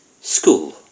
School